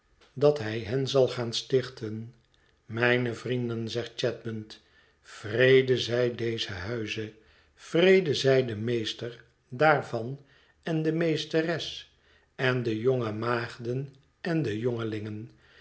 dat hij hen zal gaan stichten mijne vrienden zegt chadband vrede zij dezen huize vrede zij den meester daarvan en de meesteres en de jonge maagden en den